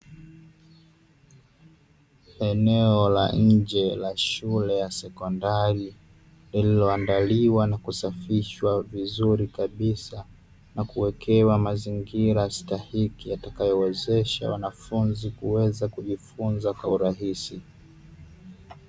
Eneo la nje la shule ya sekondari, lililoandaliwa na kusafishwa vizuri kabisa na kuwekewa mazingira stahiki; yatakayowezesha wanafunzi kuweza kujifunza kwa urahisi.